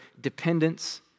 dependence